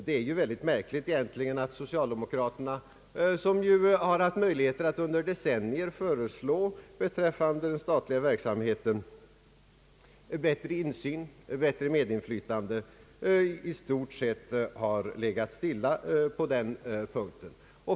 Det är egentligen märkligt att socialdemokraterna, som ju under decennier haft möjlighet att föreslå bättre insyn och bättre medinflytande beträffande den statliga verksamheten, på det hela taget har legat stilla på den punkten.